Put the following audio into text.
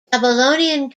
babylonian